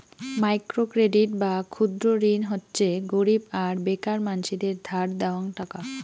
micro credit বা ক্ষুদ্র ঋণ হচ্যে গরীব আর বেকার মানসিদের ধার দেওয়াং টাকা